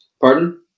Pardon